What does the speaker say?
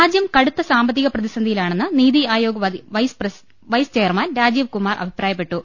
രാജൃം കടുത്ത സാമ്പത്തിക പ്രതിസന്ധിയിലാണെന്ന് നീതി ആയോഗ് വൈസ് ചെയർമാൻ രാജീവ്കുമാർ അഭിപ്രായപ്പെട്ടു